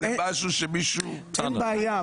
זה משהו שמישהו --- אין בעיה.